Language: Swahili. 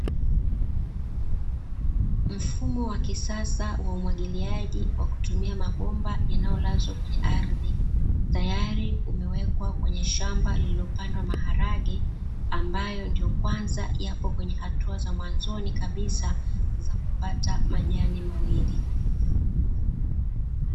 Mfumo wa kisasa wa umwagiliaji kwa kutumia mabomba yanayolazwa kwenye ardhi, tayari umewekwa kwenye shamba lililopandwa maharage, ambayo ndiyo kwanza yapo kwenye hatua za mwanzoni kabisa za kupata majani mawili.